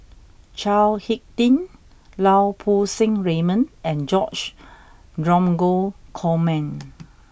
Chao Hick Tin Lau Poo Seng Raymond and George Dromgold Coleman